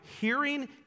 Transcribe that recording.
hearing